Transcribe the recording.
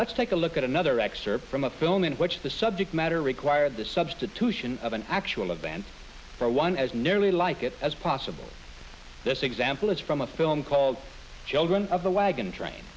let's take a look at another excerpt from a film in which the subject matter required the substitution of an actual event for one as nearly like it as possible this example is from a film called children of the wagon train